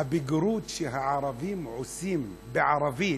הבגרות שהערבים עושים בערבית,